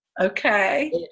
Okay